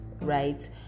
right